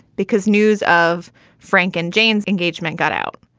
because news of frank and jane's engagement got out.